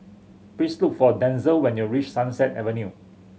please look for Denzell when you reach Sunset Avenue